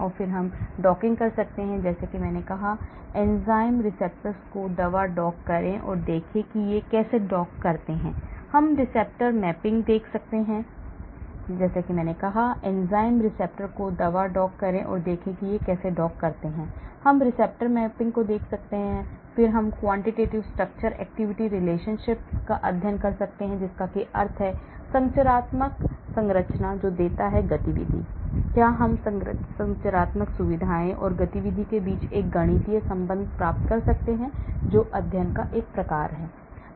और फिर हम डॉकिंग कर सकते हैं जैसे मैंने कहा एंजाइम रिसेप्टर को दवा डॉक करें और देखें कि वे कैसे डॉक करते हैं हम रिसेप्टर मैपिंग को देख सकते हैं फिर हम मात्रात्मक संरचना गतिविधि संबंध अध्ययन कर सकते हैं जिसका अर्थ है कि संरचनात्मक संरचना जो देती है गतिविधि क्या हम संरचनात्मक सुविधाओं और गतिविधि के बीच एक गणितीय संबंध प्राप्त कर सकते हैं जो अध्ययन का 1 प्रकार है